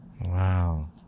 Wow